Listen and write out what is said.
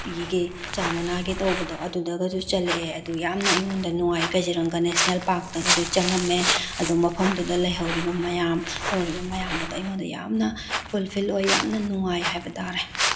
ꯇꯤꯒꯤ ꯆꯥ ꯃꯅꯥꯒꯤ ꯇꯧꯕꯗꯣ ꯑꯗꯨꯗꯒꯁꯨ ꯆꯠꯂꯛꯑꯦ ꯑꯗꯨ ꯌꯥꯝꯅ ꯑꯩꯉꯣꯟꯗ ꯅꯨꯡꯉꯥꯏ ꯀꯥꯖꯤꯔꯪꯒꯥ ꯅꯦꯁꯅꯦꯜ ꯄꯥꯔꯛꯇꯒꯗꯣ ꯆꯪꯉꯝꯃꯦ ꯑꯗꯣ ꯃꯐꯝꯗꯨꯗ ꯂꯩꯍꯧꯔꯤꯕ ꯃꯌꯥꯝ ꯇꯧꯔꯤꯕ ꯃꯌꯥꯝꯒꯗꯣ ꯑꯩꯉꯣꯟꯗ ꯌꯥꯝꯅ ꯐꯨꯜꯐꯤꯜ ꯑꯣꯏꯌꯦ ꯌꯥꯝꯅ ꯅꯨꯡꯉꯥꯏ ꯍꯥꯏꯕꯇꯥꯔꯦ